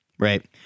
right